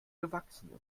gewachsen